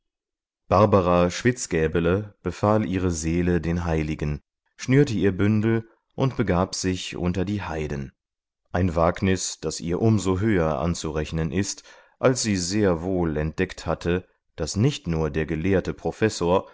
barbara schwitzgäbele befahl ihre seele den heiligen schnürte ihr bündel und begab sich unter die heiden ein wagnis das ihr um so höher anzurechnen ist als sie sehr wohl entdeckt hatte daß nicht nur der gelehrte professor